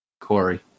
Corey